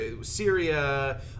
Syria